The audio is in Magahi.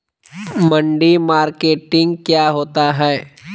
मंडी मार्केटिंग क्या होता है?